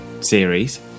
series